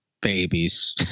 babies